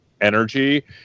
energy